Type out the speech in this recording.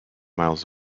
miles